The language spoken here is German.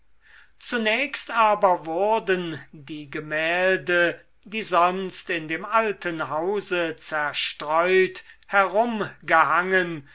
zunächst aber wurden die gemälde die sonst in dem alten hause zerstreut herumgehangen